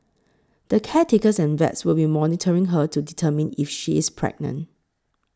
the caretakers and vets will be monitoring her to determine if she is pregnant